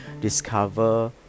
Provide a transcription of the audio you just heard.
discover